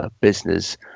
business